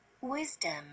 wisdom